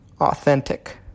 authentic